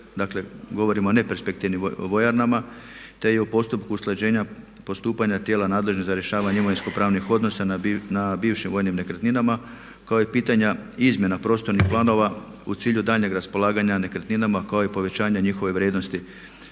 dakle govorimo o neperspektivnim vojarnama, te je u postupku usklađenja postupanja tijela nadležnih za rješavanje imovinsko-pravnih odnosa na bivšim vojnim nekretninama kao i pitanja izmjena prostornih planova u cilju daljnjeg raspolaganja nekretninama kao i povećanja njihove vrijednosti,